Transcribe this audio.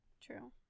True